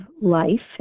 life